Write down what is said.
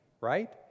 right